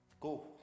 Go